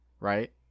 Right